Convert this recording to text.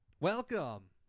Welcome